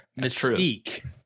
Mystique